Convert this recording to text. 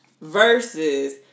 versus